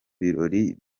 birori